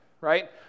right